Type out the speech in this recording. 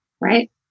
right